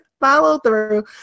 Follow-Through